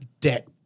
debt